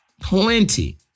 plenty